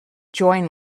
join